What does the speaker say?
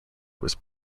was